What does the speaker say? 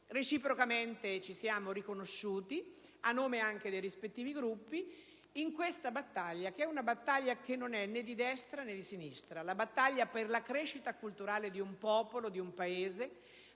siamo reciprocamente riconosciuti, a nome anche dei rispettivi Gruppi, in questa battaglia che non è né di destra né di sinistra. La battaglia per la crescita culturale di un popolo e di un Paese,